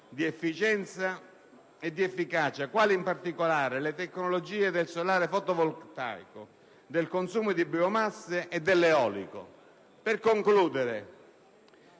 di efficacia ed efficienza quali, in particolare, le tecnologie del solare fotovoltaico, del consumo di biomasse e dell'eolico» e per concludere: